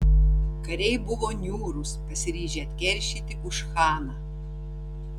kariai buvo niūrūs pasiryžę atkeršyti už chaną